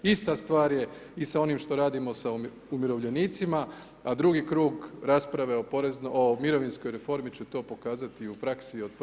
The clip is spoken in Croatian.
Ista stvar je i sa onim što radimo sa umirovljenicima a drugi krug rasprave o mirovinskoj reformi će to pokazati i u praksi od 1. siječnja.